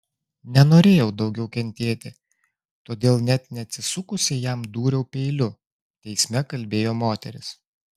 nenorėjau daugiau kentėti todėl net neatsisukusi jam dūriau peiliu teisme kalbėjo moteris